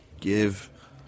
give –